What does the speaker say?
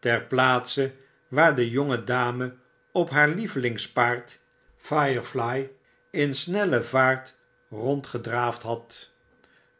ter plaatse waar de jonge dame op haar lievelingspaard firefly in snelle vaart rondgedraafd had